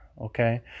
okay